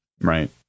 Right